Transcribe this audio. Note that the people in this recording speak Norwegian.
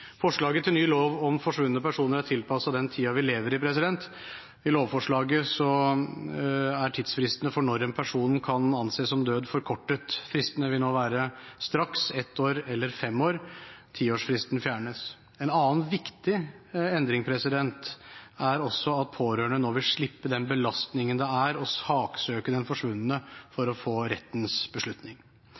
Forslaget til ny lov om forsvunne personer er tilpasset den tiden vi lever i. I lovforslaget er tidsfristen for når en person kan anses som død, forkortet. Fristene vil nå være straks, ett år eller fem år. Tiårsfristen fjernes. En annen viktig endring er at pårørende nå vil slippe den belastningen det er å saksøke den forsvunne for å få rettens beslutning.